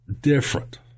different